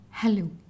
Hello